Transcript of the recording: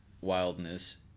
wildness